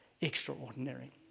extraordinary